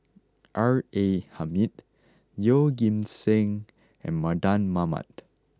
R A Hamid Yeoh Ghim Seng and Mardan Mamat